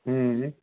हूं